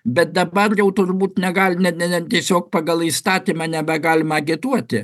bet dabar jau turbūt negali net ne tiesiog pagal įstatymą nebegalima agituoti